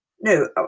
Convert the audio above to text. No